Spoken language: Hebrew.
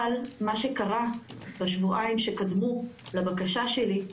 אבל מה שקרה בשבועיים שקדמו לבקשה שלי,